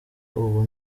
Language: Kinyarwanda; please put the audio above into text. ubu